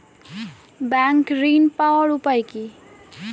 Bank ঋণ পাওয়ার উপায় কি?